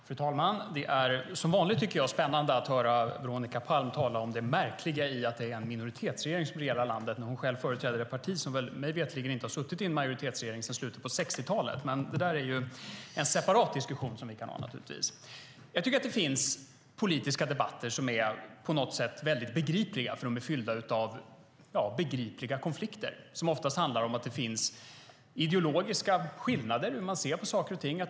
Fru talman! Det är som vanligt spännande att höra Veronica Palm tala om det märkliga i att det är en minoritetsregering som regerar landet när hon själv företräder ett parti som mig veterligen inte har suttit i en majoritetsregering sedan slutet på 60-talet. Det är en separat diskussion som vi kan ha. Det finns politiska debatter som på något sätt är väldigt begripliga eftersom de är fyllda av begripliga konflikter. Det handlar oftast om att det finns ideologiska skillnader i hur man ser på saker och ting.